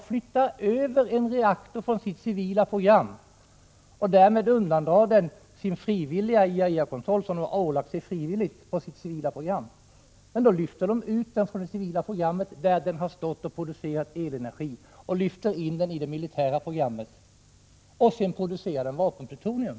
— flyttar över en reaktor från sitt civila program och därmed undandrar den från den IAEA-kontroll som man frivilligt underkastat sig när det gäller sitt civila program. Man lyfter alltså ut reaktorn från det civila programmet, där den har producerat elenergi, och överför den till det militära programmet, varefter den producerar vapenplutonium.